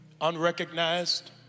unrecognized